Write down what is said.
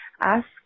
ask